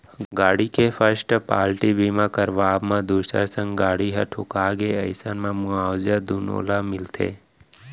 गाड़ी के first party बीमा करवाब म दूसर संग गाड़ी ह ठोंका गे अइसन म मुवाजा दुनो ल मिलथे